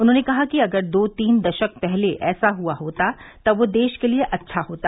उन्होंने कहा कि अगर दो तीन दशक पहले ऐसा हुआ होता तब वह देश के लिए अच्छा होता